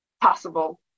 possible